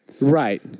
Right